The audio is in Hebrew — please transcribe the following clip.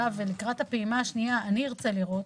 ולקראת הפעימה השנייה אני ארצה לראות,